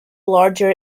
larger